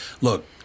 Look